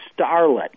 starlet